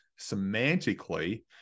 semantically